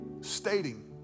stating